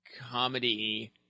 comedy